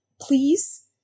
please